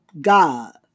God